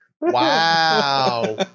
Wow